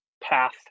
path